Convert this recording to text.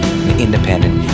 independent